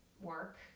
work